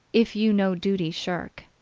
if you no duty shirk,